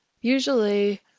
Usually